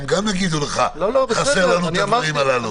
גם הם יאמרו לך שחסרים להם הדברים הללו.